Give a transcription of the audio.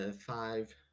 five